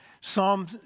Psalm